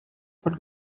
paul